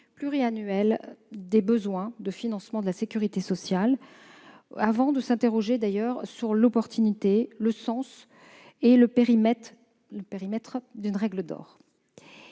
pluriannuelle des besoins de financement de la sécurité sociale avant de nous interroger sur l'opportunité, le sens et le périmètre d'une règle d'or.